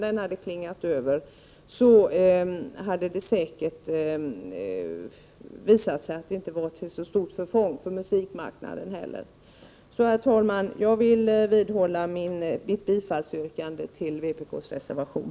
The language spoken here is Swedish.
Efter ett tag hade det säkert visat sig att det inte var till så stort förfång för musikmarknaden. Herr talman! Jag vidhåller mitt bifallsyrkande till vpk:s reservation.